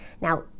Now